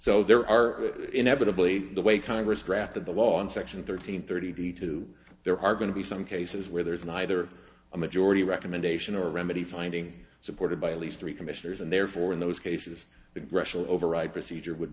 so there are inevitably the way congress drafted the law in section thirteen thirty two there are going to be some cases where there is neither a majority recommendation or a remedy finding supported by at least three commissioners and therefore in those cases the rational override procedure would